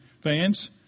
fans